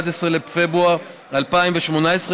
11 בפברואר 2018,